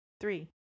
three